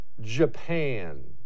Japan